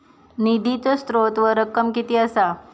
निधीचो स्त्रोत व रक्कम कीती असा?